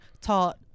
taught